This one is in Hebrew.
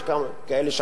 יש כאלה שאמרו.